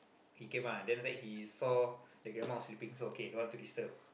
he came ah then after that he saw the grandma was sleeping so okay don't want to disturb